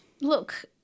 Look